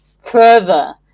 further